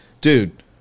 dude